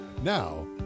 Now